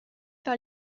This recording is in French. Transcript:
par